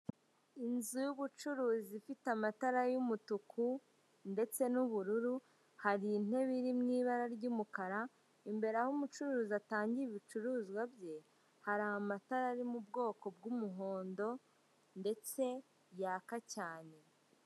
Inzu y'ubucuruzi ifite amatara y'umutuku ndetse n'ubururu, hari intebe iri mw'ibara ry'umukara. Imbere aho umucuruzi atangira ibicuruzwa bye, hari amatara ari mu bwoko bw' umuhondo ndetse yaka cyane.